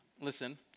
listen